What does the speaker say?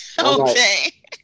Okay